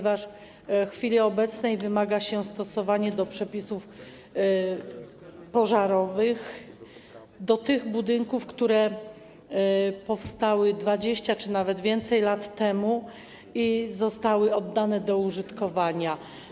W chwili obecnej wymaga się stosowania przepisów pożarowych do tych budynków, które powstały 20 lat czy nawet więcej lat temu i zostały oddane do użytkowania.